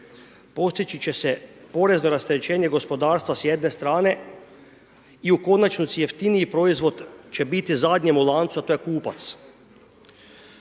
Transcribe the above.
postojeće će se porezno rasterećenje gospodarstva s jedne strane i u konačnici jeftiniji proizvod će biti zadnjem u lancu, a to je kupac.